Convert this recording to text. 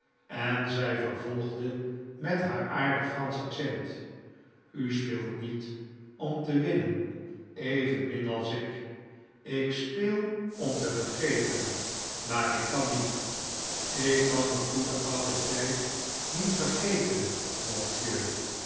en zij vervolgde met haar aardig fransch accent u speelt niet om te winnen evenmin als ik ik speel om te vergeten maar ik kan niet ik kan den goeden ouden tijd niet vergeten monsieur